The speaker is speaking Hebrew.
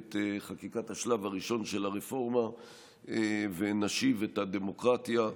את חקיקת השלב הראשון של הרפורמה ונשיב את הדמוקרטיה,